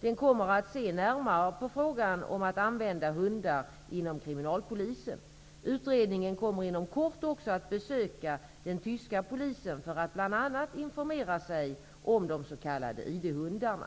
Den kommer att se närmare på frågan om att använda hundar inom kriminalpolisen. Utredningen kommer inom kort också att besöka den tyska polisen för att bl.a. informera sig om de s.k. ID-hundarna.